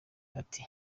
ati